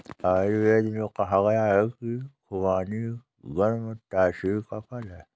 आयुर्वेद में कहा गया है कि खुबानी गर्म तासीर का फल है